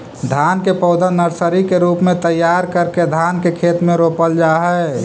धान के पौधा नर्सरी के रूप में तैयार करके धान के खेत में रोपल जा हइ